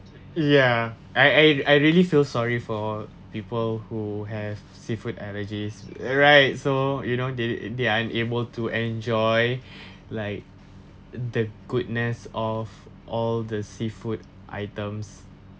ya I I I really feel sorry for people who have seafood allergies right so you know they they are unable to enjoy like the goodness of all the seafood items